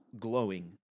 glowing